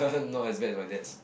not as bad as my dad's